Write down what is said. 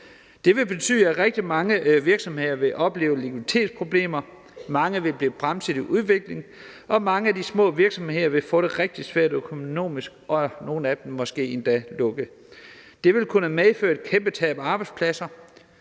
Det vil betyde, at rigtig mange virksomheder vil opleve likviditetsproblemer. Mange vil blive bremset i en udvikling, og mange af de små virksomheder vil få det rigtig svært økonomisk og nogle af dem måske endda lukke. Det vil kunne medføre et kæmpetab af arbejdspladser,